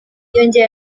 yongeye